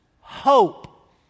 hope